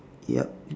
yup